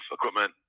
equipment